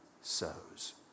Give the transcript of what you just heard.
sows